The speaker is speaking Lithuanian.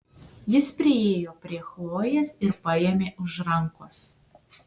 jis priėjo prie chlojės ir paėmė už rankos